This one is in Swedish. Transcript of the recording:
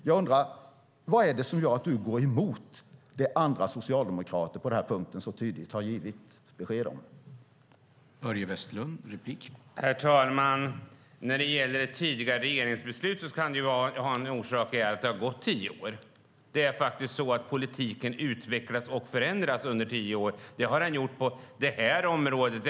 Jag undrar: Vad är det som gör att du går emot vad andra socialdemokrater så tydligt har givit besked om på den här punkten?